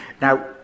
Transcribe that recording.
Now